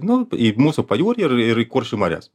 nu į mūsų pajūrį ir ir į kuršių marias